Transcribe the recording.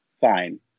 Fine